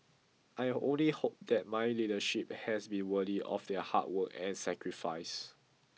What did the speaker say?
I only hope that my leadership has been worthy of their hard work and sacrifice